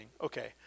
Okay